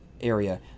area